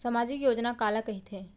सामाजिक योजना काला कहिथे?